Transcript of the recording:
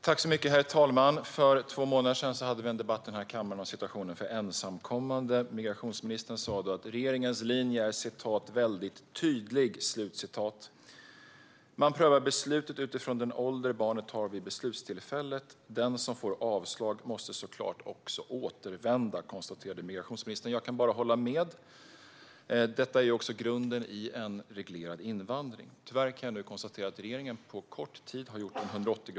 Herr talman! För två månader sedan hade vi en debatt här i kammaren om situationen för ensamkommande. Migrationsministern sa då att regeringens linje är "väldigt tydlig". Man prövar beslutet utifrån den ålder barnet har vid beslutstillfället. Den som har fått avslag måste såklart också återvända, konstaterade migrationsministern. Jag kan bara hålla med. Detta är också grunden i en reglerad invandring. Tyvärr kan vi nu konstatera att regeringen på kort tid har gjort en 180graderssväng.